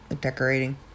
decorating